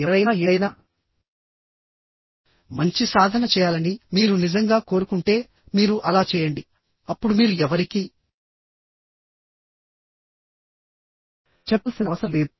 ఎవరైనా ఏదైనా మంచి సాధన చేయాలని మీరు నిజంగా కోరుకుంటే మీరు అలా చేయండి అప్పుడు మీరు ఎవరికీ చెప్పాల్సిన అవసరం లేదు